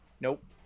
Nope